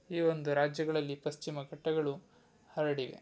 ಈ ಒಂದು ರಾಜ್ಯಗಳಲ್ಲಿ ಪಶ್ಚಿಮ ಘಟ್ಟಗಳು ಹರಡಿವೆ